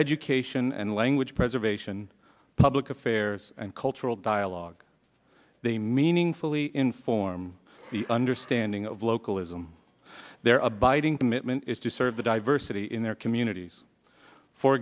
education and language preservation look affairs and cultural dialogue they meaningfully inform the understanding of localism their abiding commitment is to serve the diversity in their communities for